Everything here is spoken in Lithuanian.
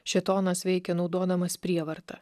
šėtonas veikia naudodamas prievartą